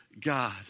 God